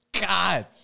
God